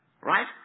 Right